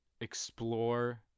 explore